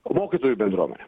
o mokytojų bendruomenė